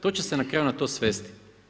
To će se na kraju na to svesti.